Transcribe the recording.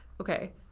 okay